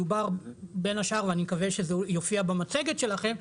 ואני מקווה שזה יופיע במצגת שלכם,